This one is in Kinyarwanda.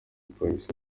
polisi